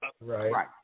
Right